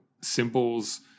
Symbols